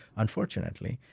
unfortunately,